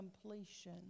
completion